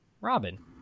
Robin